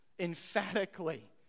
Emphatically